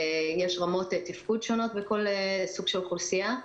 יש רמות תפקוד שונות לכל סוג של אוכלוסייה,